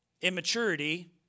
Immaturity